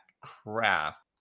craft